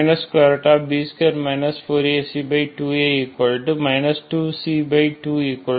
dxdtB B2 4AC2A 2c2 c